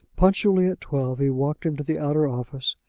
punctually at twelve he walked into the outer office,